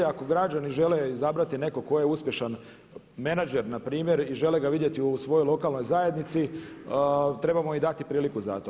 Ako građane žele izabrati nekog ko je uspješan menadžer npr. i žele ga vidjeti u svojoj lokalnoj zajednici trebamo i dati priliku za to.